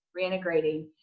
reintegrating